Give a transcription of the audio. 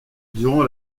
durant